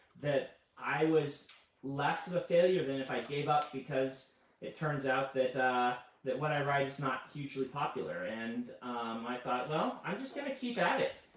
that i was less of a failure than if i gave up because it turns out that that what i write is not hugely popular. and um i thought, well, i'm just going to keep at it.